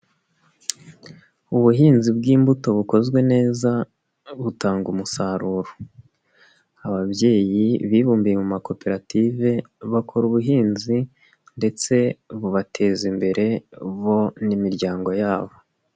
Ubuhinzi bw'imbuto bukozwe neza butanga umusaruro. Ababyeyi bibumbiye mu makoperative bakora ubuhinzi ndetse bubateza imbere bo n'imiryango yabo.